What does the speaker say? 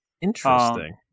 interesting